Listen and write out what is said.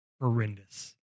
horrendous